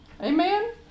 Amen